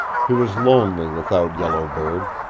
he was lonely without yellow bird,